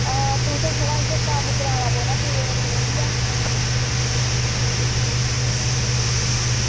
तुसें थोह्ड़ा इंया कम्म कराना पौना सिरै उप्पर खड़ोइयै